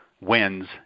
wins